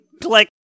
click